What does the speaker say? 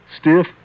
Stiff